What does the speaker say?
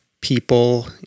people